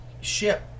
ship